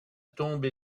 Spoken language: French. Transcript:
tombe